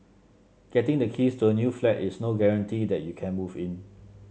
getting the keys to a new flat is no guarantee that you can move in